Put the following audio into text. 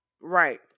right